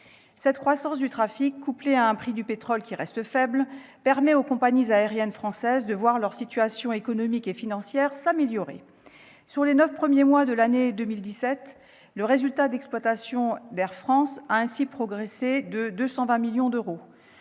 Cette croissance du trafic, couplée à un prix du pétrole qui reste faible, permet aux compagnies aériennes françaises de voir leur situation économique et financière s'améliorer. Sur les neuf premiers mois de l'année 2017, le résultat d'exploitation d'Air France a ainsi progressé de 220 millions d'euros.